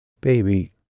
Baby